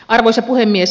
arvoisa puhemies